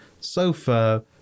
sofa